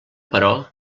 però